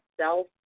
self